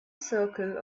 circle